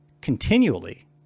continually